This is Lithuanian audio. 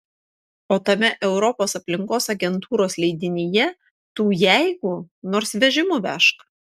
o tame europos aplinkos agentūros leidinyje tų jeigu nors vežimu vežk